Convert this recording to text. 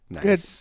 good